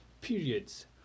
periods